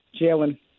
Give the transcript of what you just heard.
Jalen